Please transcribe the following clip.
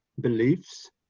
beliefs